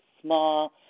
small